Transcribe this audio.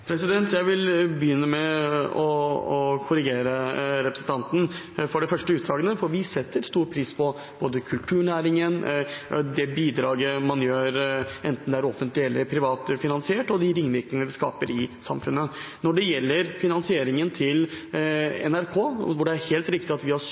Jeg vil begynne med å korrigere representanten på det første utsagnet, for vi setter stor pris på både kulturnæringen, det bidraget man gir, enten det er offentlig eller privat finansiert, og de ringvirkningene det skaper i samfunnet. Når det gjelder finansieringen til NRK, hvor det er helt riktig at vi